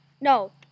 No